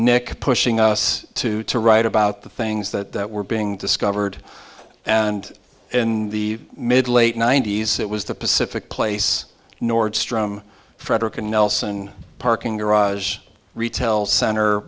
nic pushing us to to write about the things that were being discovered and in the mid late ninety's it was the pacific place nordstrom fredricka nelsen parking garage retail cent